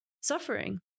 suffering